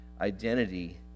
identity